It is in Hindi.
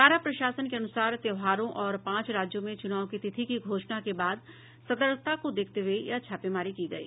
कारा प्रशासन के अनुसार त्योहारों और पांच राज्यों में चुनाव की तिथि की घोषणा के बाद सर्तकता को देखते हुए यह छापेमारी की गयी